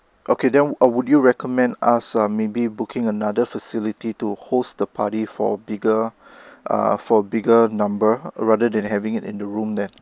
okay then uh would you recommend us um maybe booking another facility to host the party for bigger ah for bigger number rather than having it in the room then